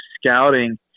scouting